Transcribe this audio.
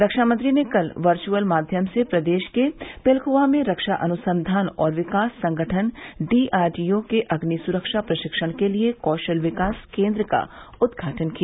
रक्षा मंत्री ने कल वर्चअल माध्यम से प्रदेश के पिलख्वा में रक्षा अनुसंधान और विकास संगठन डीआरडीओ के अग्नि सुरक्षा प्रशिक्षण के लिए कौशल विकास केंद्र का उद्घाटन किया